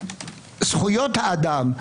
זכויות האדם.